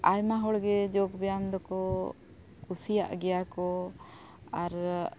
ᱟᱭᱢᱟ ᱦᱚᱲᱜᱮ ᱡᱳᱜ ᱵᱮᱭᱟᱢ ᱫᱚᱠᱚ ᱠᱩᱥᱤᱭᱟᱜ ᱜᱮᱭᱟ ᱠᱚ ᱟᱨ